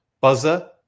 Buzzer